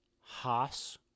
Haas